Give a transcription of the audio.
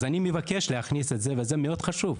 אז אני מבקש להכניס את זה, וזה מאוד חשוב.